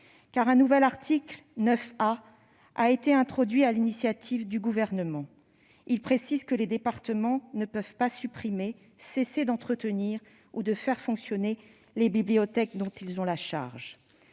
Un nouvel article 9 A a en effet été introduit sur l'initiative du Gouvernement. Il précise que les départements ne peuvent pas supprimer, cesser d'entretenir ou de faire fonctionner les bibliothèques dont ils ont la charge.